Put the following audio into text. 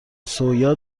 سویا